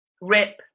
RIP